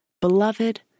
Beloved